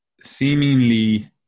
seemingly